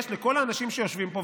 לכל האנשים שיושבים פה,